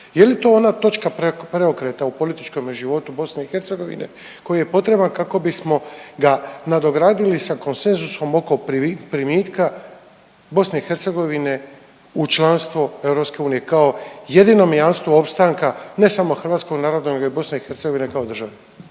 Je li to ona točka preokreta u političkome životu BiH koji je potreban kako bismo ga nadogradili sa konsenzusom oko primitka BiH u članstvo EU kao jedinome jamstvu opstanka ne samo hrvatskog naroda nego i BiH kao države.